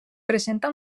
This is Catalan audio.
presenta